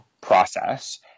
process